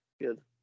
Good